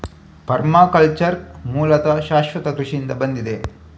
permaculture ಮೂಲತಃ ಶಾಶ್ವತ ಕೃಷಿಯಿಂದ ಬಂದಿದೆ